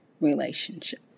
relationship